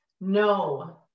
No